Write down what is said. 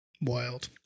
Wild